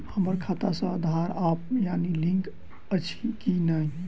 हम्मर खाता सऽ आधार आ पानि लिंक अछि की नहि?